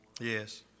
Yes